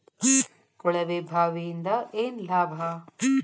ಕೊಳವೆ ಬಾವಿಯಿಂದ ಏನ್ ಲಾಭಾ?